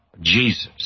Jesus